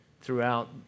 throughout